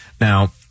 Now